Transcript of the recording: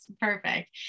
perfect